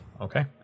Okay